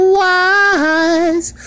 wise